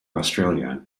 australia